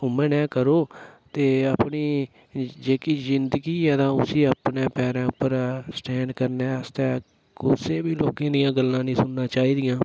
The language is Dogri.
उ'आं ने करो ते अपनी जेह्की जिन्दगी ऐ तां उसी अपने पैरें उप्पर स्टैन्ड करने आस्तै कुसै बी लोकें दियां गल्ला नी सुनना चाहिदियां